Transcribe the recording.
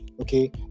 okay